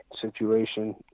situation